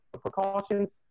precautions